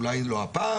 אולי לא הפעם,